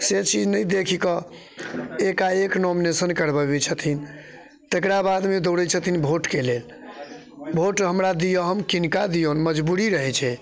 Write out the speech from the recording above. से चीज नहि देखिके एकाएक नोमिनेशन करबाबैत छथिन तेकरा बादमे दौड़ैत छथिन भोटके लेल भोट हमरा दिअ हम किनका दिऔन मजबूरी रहैत छै